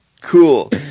Cool